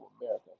America